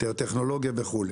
טכנולוגיה וכו'.